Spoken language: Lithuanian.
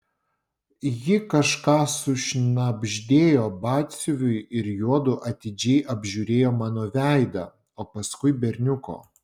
ji kažką sušnabždėjo batsiuviui ir juodu atidžiai apžiūrėjo mano veidą o paskui berniuko